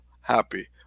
happy